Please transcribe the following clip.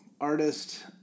artist